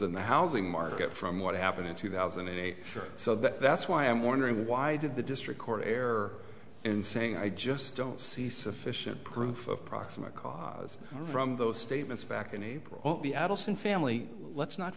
in the housing market from what happened in two thousand and eight sure so that's why i'm wondering why did the district court err in saying i just don't see sufficient proof of proximate cause from those statements back in april the adelson family let's not